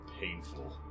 painful